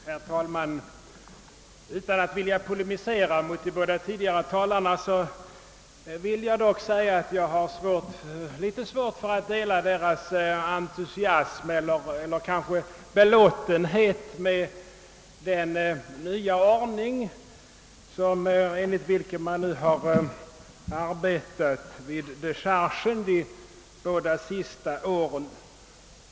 Herr talman! Utan att vilja polemisera mot de båda tidigare talarna vill jag dock säga att jag har litet svårt att dela deras belåtenhet med den nya ordning, enligt vilken man nu har arbetat vid dechargen de båda senaste åren.